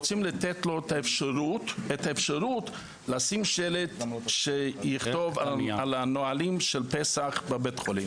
רוצים לתת לו את האפשרות לשים שלט שיכתוב על הנהלים של פסח בבית החולים.